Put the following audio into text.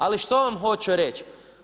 Ali što vam hoću reći?